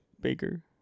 Baker